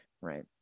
Right